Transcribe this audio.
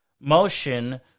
motion